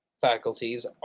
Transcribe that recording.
faculties